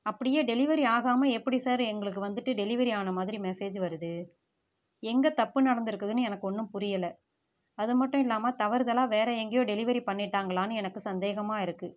அப்படியே டெலிவரி ஆகாமல் எப்படி சார் எங்களுக்கு வந்துட்டு டெலிவரி ஆன மாதிரி மெசேஜ் வருது எங்கே தப்பு நடந்திருக்குனு எனக்கு ஒன்றும் புரியலை அது மட்டும் இல்லாமல் தவறுதலாக வேறு எங்கேயோ டெலிவரி பண்ணிட்டாங்களானு எனக்கு சந்தேகமாக இருக்குது